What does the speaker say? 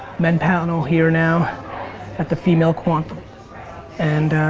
men panel here now at the female quant and.